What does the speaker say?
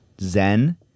zen